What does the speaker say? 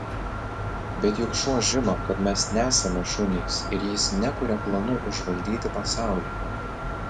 bet juk šuo žino kad mes nesame šunys ir jis nekuria planų užvaldyti pasaulį